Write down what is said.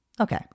Okay